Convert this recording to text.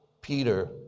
Peter